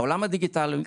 בעולם הדיגיטלי,